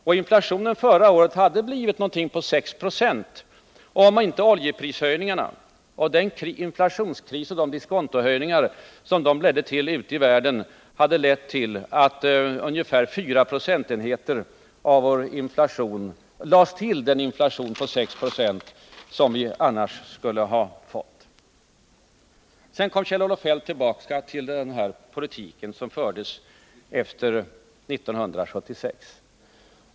Och inflationen förra året hade blivit ca 6 76, om inte oljeprishöjningarna och den inflationskris och de diskontohöjningar som dessa ledde till ute i världen hade medfört att ungefär fyra procentenheter lades till den inflation på 6 90 som vi annars skulle ha fått. Kjell-Olof Feldt kom tillbaka till den politik som fördes efter 1976.